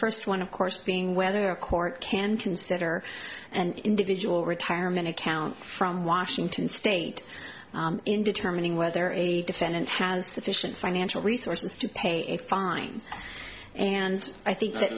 first one of course being whether the court can consider an individual retirement account from washington state in determining whether a defendant has sufficient financial resources to pay a fine and i think that